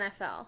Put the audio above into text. nfl